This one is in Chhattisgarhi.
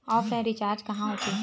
ऑफलाइन रिचार्ज कहां होथे?